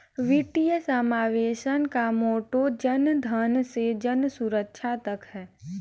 वित्तीय समावेशन का मोटो जनधन से जनसुरक्षा तक है